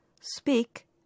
Speak